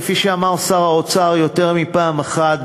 כפי שאמר שר האוצר יותר מפעם אחת,